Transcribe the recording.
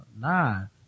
nine